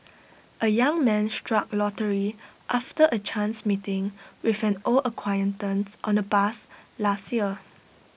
A young man struck lottery after A chance meeting with an old acquaintance on A bus last year